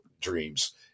dreams